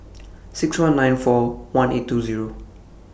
six one nine four one eight two Zero